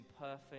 perfect